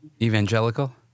Evangelical